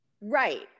Right